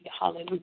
hallelujah